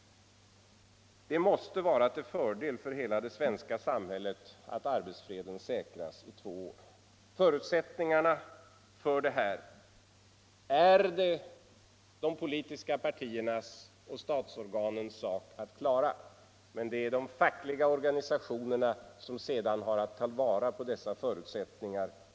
Det måste vara till fördel för hela det svenska samhället att arbetsfreden säkrats i två år. Förutsättningarna för detta är det de politiska partiernas och statsorganens sak att klara, men det är de fackliga organisationerna som sedan har att ta vara på dessa förutsättningar.